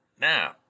Now